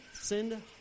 send